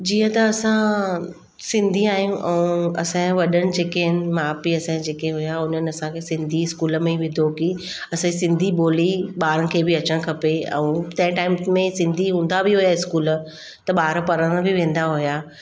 जीअं त असां सिंधी आहियूं ऐं असांजे वॾनि जेके आहिनि माउ पीउ असां जेके हुआ उन्हनि असांखे सिंधी स्कूल में विधो की असांजी सिंधी ॿोली ॿारनि खे बि अचणु खपे ऐं तंहिं टाइम में सिंधी हूंदा बि हुआ स्कूल त ॿार पढ़ण बि वेंदा हुआ